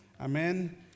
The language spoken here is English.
Amen